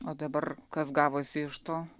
o dabar kas gavosi iš to